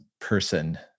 person